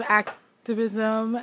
activism